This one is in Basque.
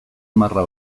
marra